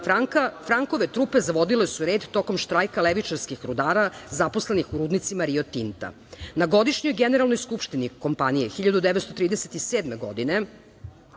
Frankove trupe zavodile su red tokom štrajka levičarskih rudara zaposlenih u rudnicima Rio Tinta. Na godišnjoj Generalnoj skupštini kompanije 1937. godine